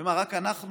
ומה, רק אנחנו